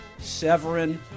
Severin